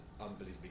unbelievably